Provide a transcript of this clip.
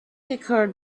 occurred